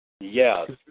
Yes